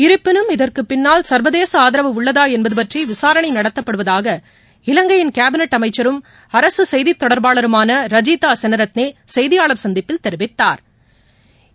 இருப்பினும் இதற்கு பின்னால் சா்வதேச ஆதரவு உள்ளதா என்பது பற்றி விசாரணை நடத்தப்படுவதாக இலங்கையின் கேபினெட் அமைச்சரும் அரசு செய்திதொடர்பாளருமான ரஜீதா செனரத்னே செய்தியாளா் சந்திப்பில் தெரிவித்தாா்